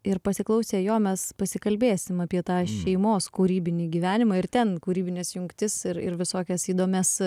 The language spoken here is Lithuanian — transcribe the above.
ir pasiklausę jo mes pasikalbėsim apie tą šeimos kūrybinį gyvenimą ir ten kūrybines jungtis ir ir visokias įdomias